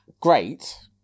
great